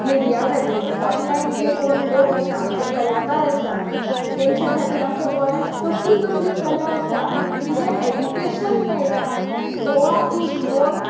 media खातीर online जे लोक आसा आमचे जे कलाकार आसा तेंच्या खातीर आमच्या गोंयांत कसली कसली कला आसा आनी कितें एड्युकॅशन मेळटा गोवा इज नॉन